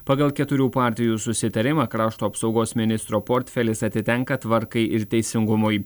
pagal keturių partijų susitarimą krašto apsaugos ministro portfelis atitenka tvarkai ir teisingumui